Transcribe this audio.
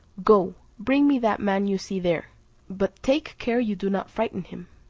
go, bring me that man you see there but take care you do not frighten him.